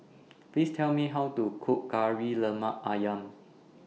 Please Tell Me How to Cook Kari Lemak Ayam